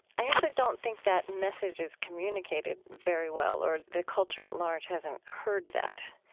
i actually don't think that message is communicated very well or the culture at large hasn't heard that,